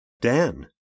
Dan